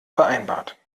vereinbart